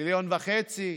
מיליון וחצי,